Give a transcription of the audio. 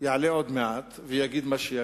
יעלה עוד מעט, ויגיד מה שיגיד,